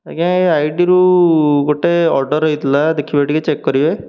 ଆଜ୍ଞା ଏଇ ଆଇଡ଼ିରୁ ଗୋଟେ ଅର୍ଡ଼ର୍ ହୋଇଥିଲା ଦେଖିବେ ଟିକେ ଚେକ୍ କରିବେ